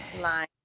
line